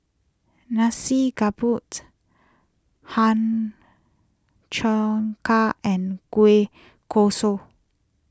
Nasi car boots ham Cheong Gai and Kueh Kosui